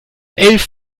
elf